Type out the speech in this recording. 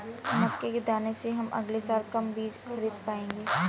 मक्के के दाने से हम अगले साल कम बीज खरीद पाएंगे